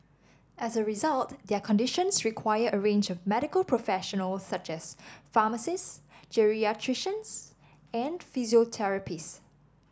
as a result their conditions require a range of medical professionals such as pharmacists geriatricians and physiotherapists